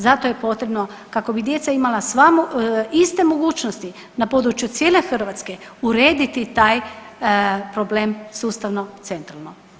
Zato je potrebno kako bi djeca imala sva iste mogućnosti na području cijele Hrvatske urediti taj problem sustavno centralno.